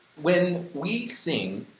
when we sing,